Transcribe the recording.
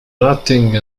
nothing